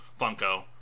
Funko